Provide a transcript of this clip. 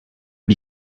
the